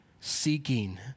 seeking